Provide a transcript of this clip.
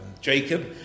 Jacob